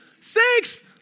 thanks